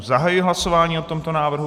Zahajuji hlasování o tomto návrhu.